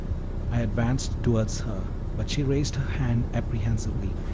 i advanced towards her, but she raised her hand apprehensively.